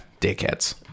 dickheads